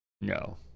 no